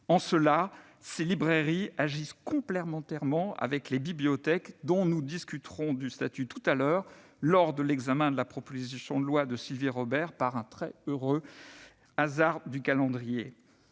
En cela, ces librairies agissent complémentairement avec les bibliothèques, dont nous discuterons du statut tout à l'heure, lors de l'examen de la proposition de loi de Sylvie Robert, par un très heureux hasard du calendrier.